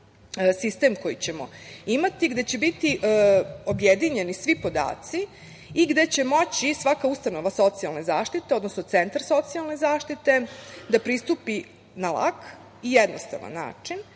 sistem koji ćemo imati, gde će biti objedinjeni svi podaci i gde će moći svaka ustanova socijalne zaštite, odnosno centar socijalne zaštite da pristupi na lak i jednostavan način,